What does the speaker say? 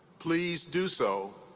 please do so,